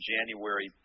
January